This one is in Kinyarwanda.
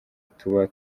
tuba